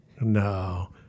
No